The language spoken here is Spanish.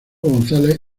gonzález